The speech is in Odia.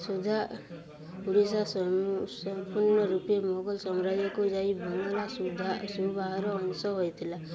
ସୁଦ୍ଧା ଓଡ଼ିଶା ସମ୍ପୂର୍ଣ୍ଣ ରୂପେ ମୋଗଲ ସାମ୍ରାଜ୍ୟକୁ ଯାଇ ବଙ୍ଗଳା ସୁଦ୍ଧା ସୁବାହାର ଅଂଶ ହୋଇଥିଲା